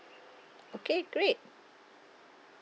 okay great